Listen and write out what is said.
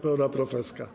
Pełna profeska.